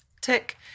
Tick